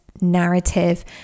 narrative